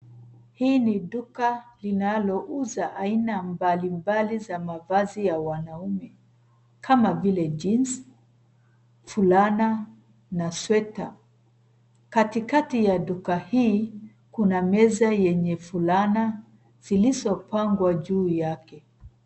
Hii ni duka linalouza aina mbalimbali za mavazi ya wanaume kama vile ' jeans' ,fulana na sweta. Katikati ya duka hii, kuna meza yenye fulana, zilizopangwa juu yake.